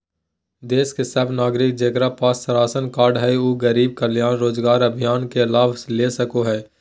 देश के सब नागरिक जेकरा पास राशन कार्ड हय उ गरीब कल्याण रोजगार अभियान के लाभ ले सको हय